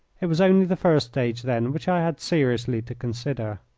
it was only the first stage, then, which i had seriously to consider.